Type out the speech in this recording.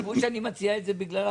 יחשבו שאני מציע את זה בגלל בני ברק.